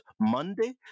Monday